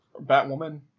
Batwoman